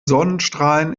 sonnenstrahlen